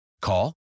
Call